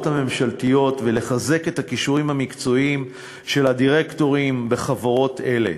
הממשלתיות ולחזק את הכישורים המרכזיים של הדירקטורים בחברות אלה.